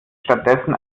stattdessen